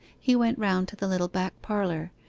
he went round to the little back parlour,